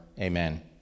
amen